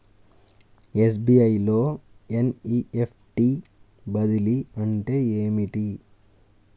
SBI లో NEFT బదిలీ అంటే ఏమిటి?